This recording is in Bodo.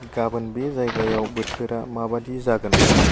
गाबोन बे जायगायाव बोथोरा माबायदि जागोन